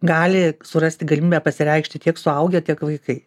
gali surasti galimybę pasireikšti tiek suaugę tiek vaikai